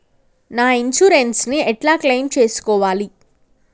నా ఇన్సూరెన్స్ ని ఎట్ల క్లెయిమ్ చేస్కోవాలి?